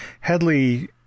Headley